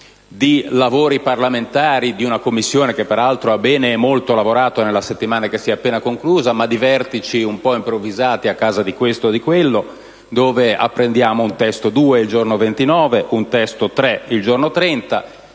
di lavori parlamentari di una Commissione, che peraltro ha bene e molto lavorato nella settimana che si è appena conclusa, ma di vertici un po' improvvisati a casa di questo o di quello, dove apprendiamo di un testo 2 il giorno 29, di un testo 3 il giorno 30,